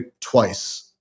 twice